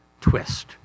twist